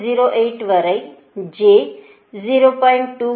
08 வரை j 0